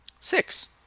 Six